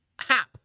Hap